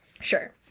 Sure